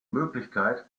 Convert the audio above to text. möglichkeit